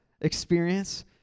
experience